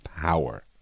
power